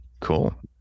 Cool